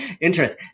interest